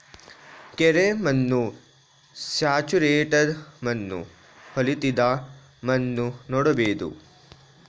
ಕೆರೆ ಮಣ್ಣು, ಸ್ಯಾಚುರೇಟೆಡ್ ಮಣ್ಣು, ಹೊಳೆತ್ತಿದ ಮಣ್ಣು ನೋಡ್ಬೋದು